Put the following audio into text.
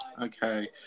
Okay